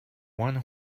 one